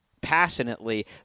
passionately